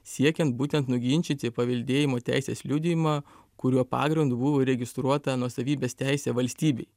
siekiant būtent nuginčyti paveldėjimo teisės liudijimą kurio pagrindu buvo įregistruota nuosavybės teisė valstybei